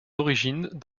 origines